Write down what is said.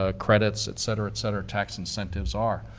ah credits, et cetera, et cetera, tax incentives are.